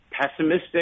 pessimistic